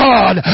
God